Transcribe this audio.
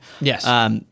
Yes